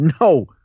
no